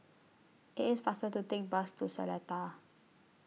IT IS faster to Take The Bus to Seletar